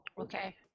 okay